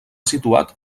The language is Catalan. situat